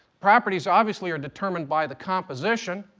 properties obviously are determined by the composition.